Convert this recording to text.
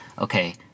okay